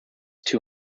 two